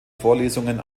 vorlesungen